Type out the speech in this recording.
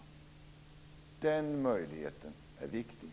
Den möjligheten är viktig.